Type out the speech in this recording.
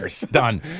done